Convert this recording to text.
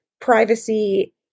privacy